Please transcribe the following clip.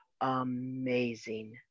amazing